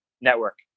Network